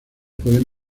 pueden